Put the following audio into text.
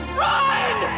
run